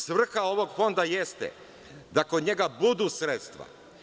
Svrha ovog Fonda jeste da kod njega budu sredstva.